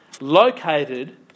Located